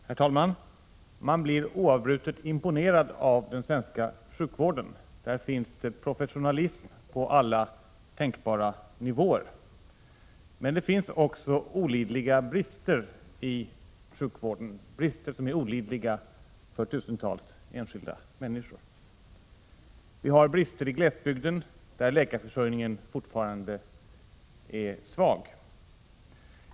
Herr talman! Man blir oavbrutet imponerad av den svenska sjukvården. Där finns professionalism på alla tänkbara nivåer. Men det finns också i sjukvården brister som är olidliga för tusentals enskilda människor. Vi har för det första brister i glesbygden, där läkarförsörjningen fortfarande är svag.